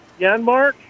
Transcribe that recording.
Yanmark